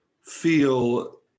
feel